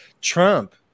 Trump